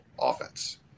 offense